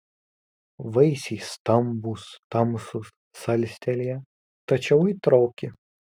vaisiai stambūs tamsūs salstelėję tačiau aitroki